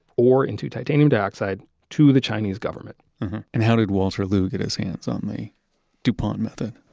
ore into titanium dioxide to the chinese government and how did walter liew get his hands on the dupont method?